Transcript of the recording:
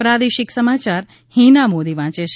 પ્રાદેશિક સમાચાર હિના મોદી વાંચે છે